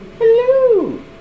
Hello